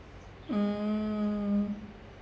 mm